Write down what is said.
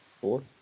four